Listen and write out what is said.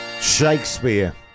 Shakespeare